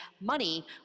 money